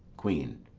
queen.